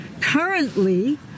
Currently